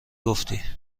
گفتی